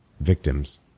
victims